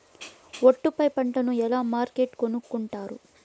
ఒట్టు పై పంటను ఎలా మార్కెట్ కొనుక్కొంటారు?